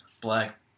Black